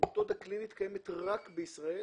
מתודה קלינית קיימת רק בישראל.